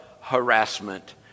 harassment